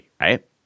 right